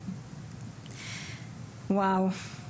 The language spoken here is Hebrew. וואו.